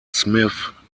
smith